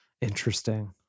Interesting